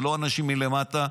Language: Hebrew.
זה לא אנשים מלמטה.